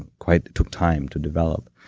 ah quite took time to develop.